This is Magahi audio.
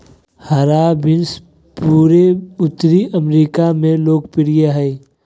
हरा बीन्स पूरे उत्तरी अमेरिका में लोकप्रिय हइ